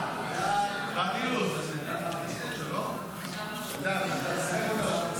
הצעת חוק לתיקון פקודת מס הכנסה (קרנות השקעה),